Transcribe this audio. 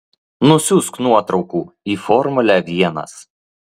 nusiųsk nuotraukų į formulę vienas